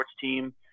team